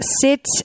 sit